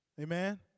Amen